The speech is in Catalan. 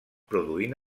produint